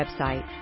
website